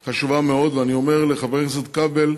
היא חשובה מאוד, ואני אומר לחבר הכנסת כבל: